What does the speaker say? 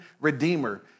redeemer